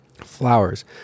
Flowers